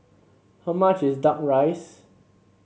how much is duck rice